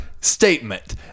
statement